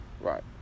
Right